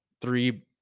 three